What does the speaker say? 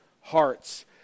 hearts